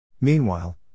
Meanwhile